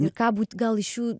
ir ką būt gal iš jų